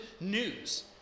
news